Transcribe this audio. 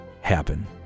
happen